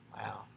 Wow